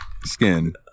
skin